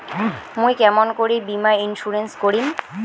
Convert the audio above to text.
মুই কেমন করি বীমা ইন্সুরেন্স করিম?